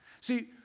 See